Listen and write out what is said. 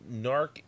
Narc